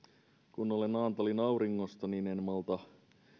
kun olen naantalin auringosta niin en malta